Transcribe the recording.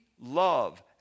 love